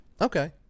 okay